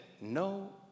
no